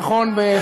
נכון,